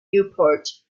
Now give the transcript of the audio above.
newport